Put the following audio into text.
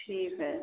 ठीक है